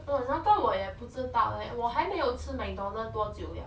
orh 那个我也不知道 leh 我还没有吃 mcdonald's 多久了